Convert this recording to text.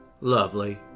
Lovely